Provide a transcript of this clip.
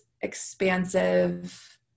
expansive